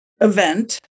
event